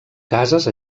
cases